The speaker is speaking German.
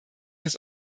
des